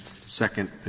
second